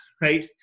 right